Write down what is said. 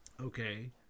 Okay